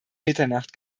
mitternacht